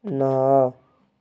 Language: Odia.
ନଅ